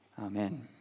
Amen